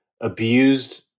abused